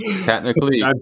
Technically